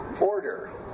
Order